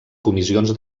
comissions